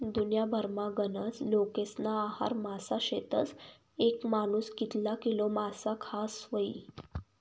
दुन्याभरमा गनज लोकेस्ना आहार मासा शेतस, येक मानूस कितला किलो मासा खास व्हयी?